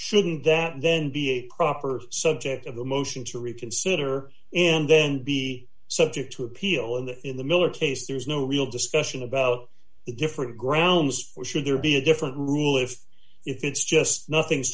shouldn't that then be a proper subject of a motion to reconsider and then be subject to appeal and in the miller case there's no real discussion about the different grounds or should there be a different rule if it's just nothing's